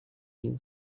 new